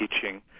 teaching